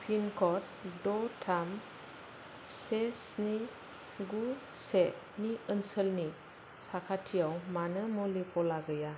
पिनक'ड द' थाम से स्नि गु से नि ओनसोलनि साखाथियाव मानो मुलि गला गैया